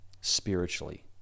spiritually